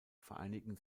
vereinigen